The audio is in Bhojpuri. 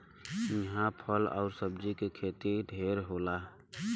इहां फल आउर सब्जी के खेती ढेर होला